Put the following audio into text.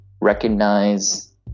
recognize